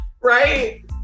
right